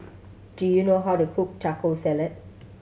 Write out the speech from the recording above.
do you know how to cook Taco Salad